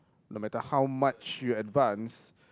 no matter how much you advance